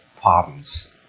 problems